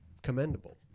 commendable